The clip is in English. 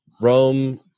Rome